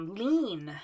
lean